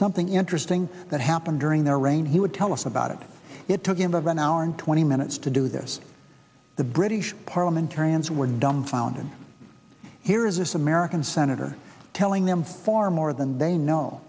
something interesting that happened during their reign he would tell us about it it took him five an hour and twenty minutes to do this the british parliamentarians were dumbfounded here is this american senator telling them far more than they know